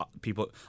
people